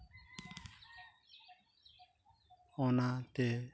ᱚᱱᱟᱛᱮ